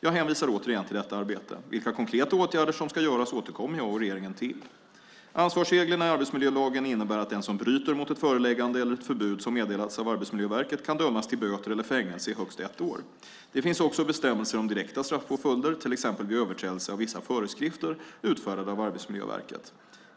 Jag hänvisar återigen till detta arbete. Vilka konkreta åtgärder som ska göras återkommer jag och regeringen till. Ansvarsreglerna i arbetsmiljölagen innebär att den som bryter mot ett föreläggande eller ett förbud som meddelats av Arbetsmiljöverket kan dömas till böter eller fängelse i högst ett år. Det finns också bestämmelser om direkta straffpåföljder, till exempel vid överträdelse av vissa föreskrifter utfärdade av Arbetsmiljöverket.